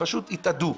פשוט התאדו,